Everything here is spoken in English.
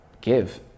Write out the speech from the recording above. give